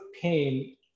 pain